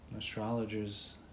Astrologers